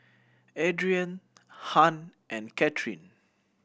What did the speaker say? Adrienne Hunt and Kathyrn